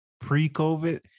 pre-COVID